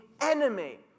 enemy